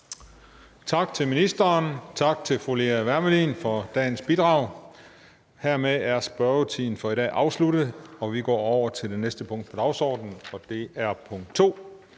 Tak til ministeren. Tak til fru Lea Wermelin for dagens bidrag. Hermed er spørgetimen for i dag er afsluttet. --- Det næste punkt på dagsordenen er: 2)